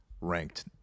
ranked